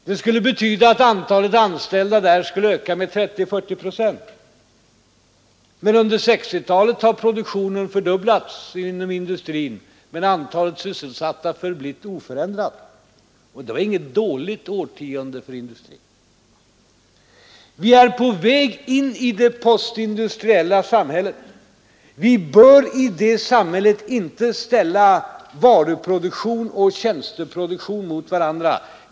Det skulle betyda en ökning av antalet anställda inom industrin med kanske 30—40 procent. Under 1960-talet har antalet industrisysselsatta varit i stort sett oförändrat samtidigt som industriproduktionen nära nog fördubblats. Och 1960-talet var inte något dåligt årtionde för industrin. Vi är på väg in i det postindustriella samhället. Vi bör i det samhället inte ställa varuproduktion och tjänsteproduktion mot varandra.